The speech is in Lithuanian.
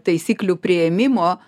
taisyklių priėmimo